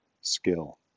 skill